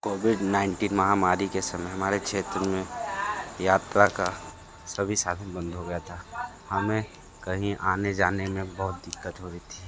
Covid nineteen महामारी के समय हमारे क्षेत्र में यात्रा का सभी साधन बंद हो गया था हमें कहीं आने जाने में बहुत दिक्कत हो रही थी